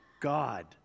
God